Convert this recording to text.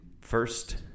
First